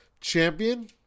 champion